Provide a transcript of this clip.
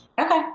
okay